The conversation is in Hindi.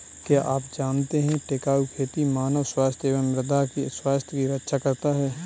क्या आप जानते है टिकाऊ खेती मानव स्वास्थ्य एवं मृदा की स्वास्थ्य की रक्षा करता हैं?